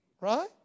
right